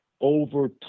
over